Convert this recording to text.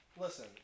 Listen